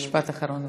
משפט אחרון בבקשה.